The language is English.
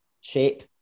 shape